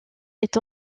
est